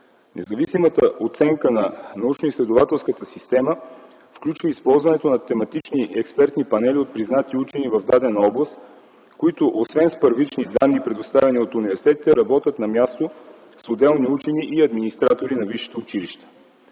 Независимата оценка на научноизследователската система включва използването на тематични експертни панели от признати учени в дадена област, които, освен с първични данни, предоставени от университетите, работят на място с отделни учени и администратори на висшето училище.